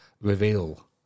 reveal